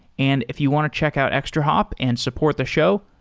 and if you want to check out extrahop and support the show,